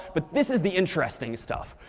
but this is the interesting stuff.